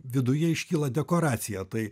viduje iškyla dekoracija tai